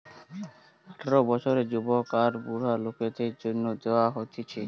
আঠারো বছরের যুবক আর বুড়া লোকদের জন্যে দেওয়া হতিছে